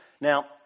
Now